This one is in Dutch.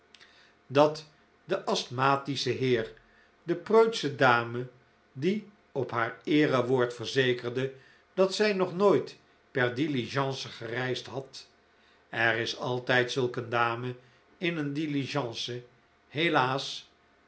dat de asthmatische heer de preutsche dame die op haar eerewoord verzekerde dat zij nog nooit per diligence gereisd had er is altijd zulk een dame in een diligence helaas